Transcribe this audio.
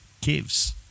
caves